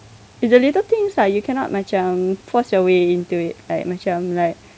it's the little things lah you cannot macam force your way into it like macam like